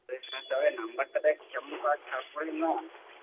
নম্বরটা দেখ কেমন পাস তারপরে না